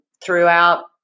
throughout